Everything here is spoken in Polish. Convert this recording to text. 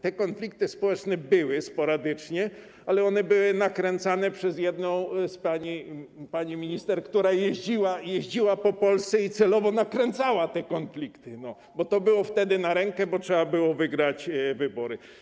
Te konflikty społeczne były sporadycznie, ale one były nakręcane przez jedną z pań minister, która jeździła po Polsce i celowo nakręcała te konflikty, bo wtedy to było na rękę, bo trzeba było wygrać wybory.